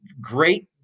great